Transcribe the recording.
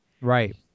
Right